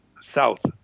south